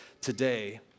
today